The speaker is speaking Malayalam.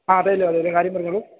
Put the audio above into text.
ആ അതേല്ലോ അതേല്ലോ കാര്യം പറഞ്ഞോളൂ